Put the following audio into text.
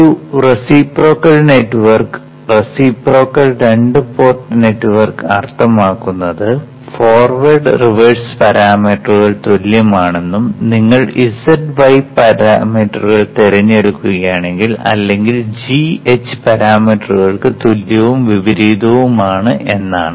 ഒരു reciprocal network reciprocal രണ്ട് port network അർത്ഥമാക്കുന്നത് ഫോർവേഡ് റിവേഴ്സ് പാരാമീറ്ററുകൾ തുല്യമാണെന്നും നിങ്ങൾ z y പാരാമീറ്ററുകൾ തിരഞ്ഞെടുക്കുകയാണെങ്കിൽ അല്ലെങ്കിൽ g h പാരാമീറ്ററുകൾക്ക് തുല്യവും വിപരീതവുമാണ് എന്നാണ്